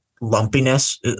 lumpiness